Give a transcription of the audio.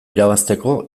irabazteko